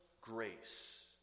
grace